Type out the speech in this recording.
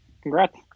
Congrats